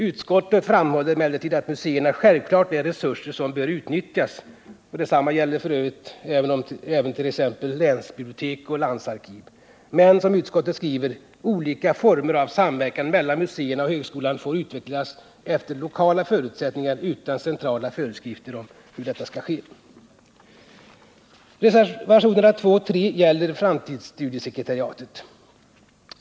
Utskottet framhåller emellertid att museerna självfallet är resurser som bör utnyttjas, och detsamma gäller f. ö. också t.ex. länsbibliotek och landsarkiv. Men utskottet skriver: ”Olika former av samverkan mellan museerna och högskolan får utvecklas efter de lokala förutsättningarna utan centrala föreskrifter om hur detta skall ske.” Reservationerna 2 och 3 gäller framtidsstudiesekretariatet.